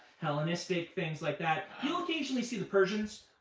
hellenistic things like that. you'll occasionally see the persians,